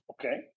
Okay